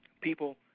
People